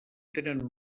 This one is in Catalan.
tenen